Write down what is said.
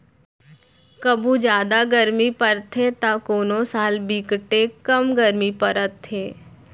कभू जादा गरमी परथे त कोनो साल बिकटे कम गरमी परत हे